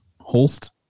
Holst